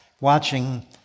watching